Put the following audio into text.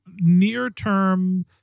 near-term